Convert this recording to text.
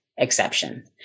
Exception